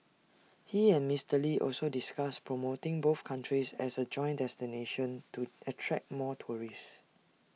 he and Mister lee also discussed promoting both countries as A joint destination to attract more tourists